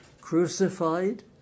crucified